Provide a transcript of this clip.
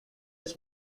his